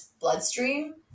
bloodstream